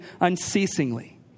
unceasingly